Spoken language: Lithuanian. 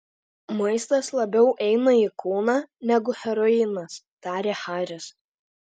maistas labiau eina į kūną negu heroinas tarė haris